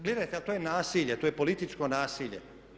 Gledajte, ali to je nasilje, to je političko nasilje.